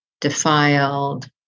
defiled